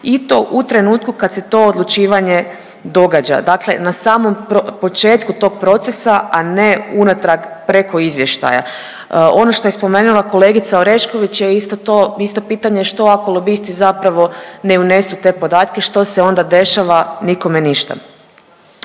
i to u trenutku kad se to odlučivanje događa, dakle na samom početku tog procesa, a ne unatrag preko izvještaja. Ono što je spomenula kolegica Orešković je isto to, isto pitanje što ako lobisti zapravo ne unesu te podatke, što se onda dešava, nikome ništa.